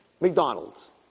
McDonald's